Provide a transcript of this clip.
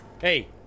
Hey